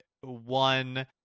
one